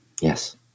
Yes